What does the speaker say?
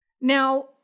Now